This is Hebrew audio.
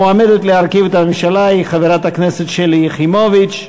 המועמדת להרכיב את הממשלה הנה חברת הכנסת שלי יחימוביץ.